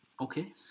okay